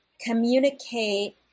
communicate